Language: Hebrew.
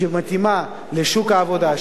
שמתאימה לשוק העבודה,